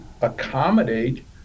accommodate